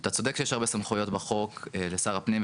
אתה צודק שיש הרבה סמכויות בחוק לשר הפנים,